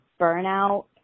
burnout